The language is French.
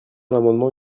l’amendement